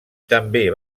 també